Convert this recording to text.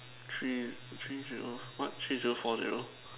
three three what three zero four zero